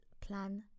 Plan